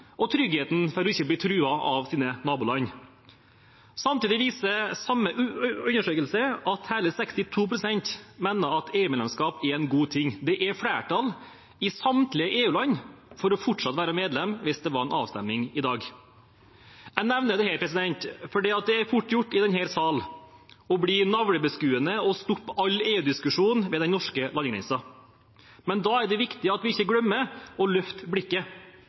og tryggheten for ikke å bli truet av sine naboland. Samtidig viser samme undersøkelse at hele 62 pst. mener at EU-medlemskap er en god ting. Det er flertall i samtlige EU-land for fortsatt å være medlem, hvis det var avstemning i dag. Jeg nevner dette fordi det er fort gjort i denne salen å bli navlebeskuende og stoppe all EU-diskusjon ved den norske landegrensen. Men da er det viktig at vi ikke glemmer å løfte blikket,